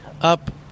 up